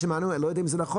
שמענו ואני לא יודע אם זה נכון,